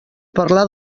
parlar